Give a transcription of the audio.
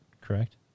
correct